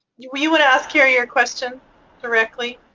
you want to ask kerri your question directly?